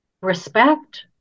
respect